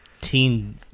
teen